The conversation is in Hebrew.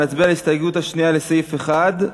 נצביע על ההסתייגות השנייה לסעיף 1,